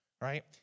right